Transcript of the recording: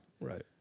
Right